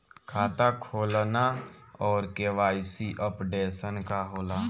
खाता खोलना और के.वाइ.सी अपडेशन का होला?